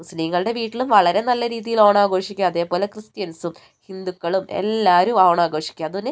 മുസ്ലിങ്ങളുടെ വീട്ടിലും വളരെ നല്ല രീതിയിൽ ഓണം ആഘോഷിക്കും അതേപോലെ ക്രിസ്ത്യൻസും ഹിന്ദുക്കളും എല്ലാവരും ഓണം ആഘോഷിക്കും അതുപിന്നെ